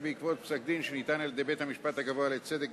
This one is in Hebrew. שבעקבות פסק-דין שניתן על-ידי בית-המשפט הגבוה לצדק,